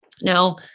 Now